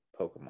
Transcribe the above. Pokemon